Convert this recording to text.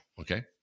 okay